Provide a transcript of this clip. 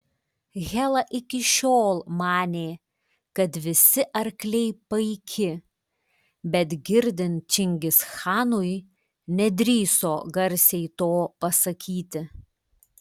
hela iki šiol manė kad visi arkliai paiki bet girdint čingischanui nedrįso garsiai to pasakyti